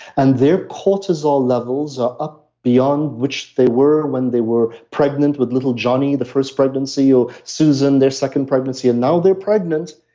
and their cortisol levels are up beyond which they were when they were pregnant with little johnny the first pregnancy or susan their second pregnancy and now they're pregnant.